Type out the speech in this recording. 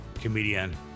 comedian